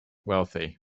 wealthy